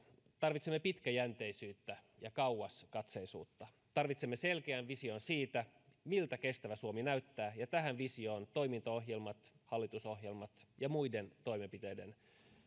tarvitsemme pitkäjänteisyyttä ja kauaskatseisuutta tarvitsemme selkeän vision siitä miltä kestävä suomi näyttää ja tähän visioon toimintaohjelmien hallitusohjelmien ja muiden toimenpiteiden